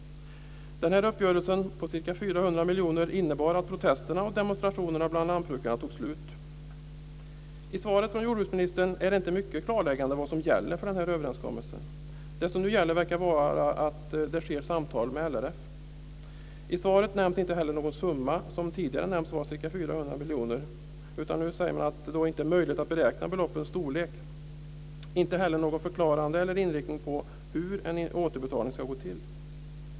Denna uppgörelse, på ca 400 miljoner, innebar att protesterna och demonstrationerna bland lantbrukarna tog slut. I svaret från jordbruksministern klarläggs inte mycket om vad som gäller för denna överenskommelse. Det som nu gäller verkar vara att det hålls samtal med LRF. I svaret nämns inte heller någon summa - tidigare nämndes ju ca 400 miljoner - utan man säger nu att det inte är möjligt att beräkna beloppens storlek. Man får inte heller någon förklaring när det gäller hur en återbetalning ska gå till.